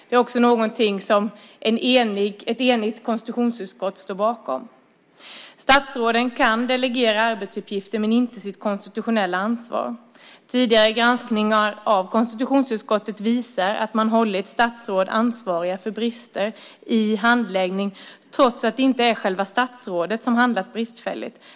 Det är också någonting som ett enigt konstitutionsutskott står bakom. Statsråden kan delegera arbetsuppgifter, men inte sitt konstitutionella ansvar. Tidigare granskningar av konstitutionsutskottet visar att man hållit statsråd ansvariga för brister i handläggning trots att det inte är själva statsrådet som handlat bristfälligt.